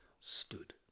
stood